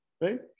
right